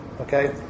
Okay